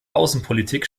außenpolitik